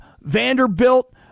Vanderbilt